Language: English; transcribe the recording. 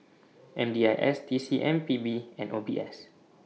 M D I S T C M P B and O B S